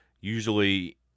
usually